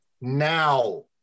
Now